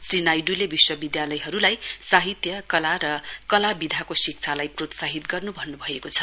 श्री नाइडूले विश्वविधालयहरुलाई साहित्य कला र कला विधाको शिक्षालाई प्रोत्साहित गर्नु भन्नुभएको छ